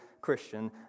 Christian